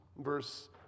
Verse